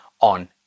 on